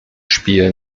spiel